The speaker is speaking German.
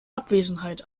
abwesenheit